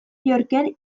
yorken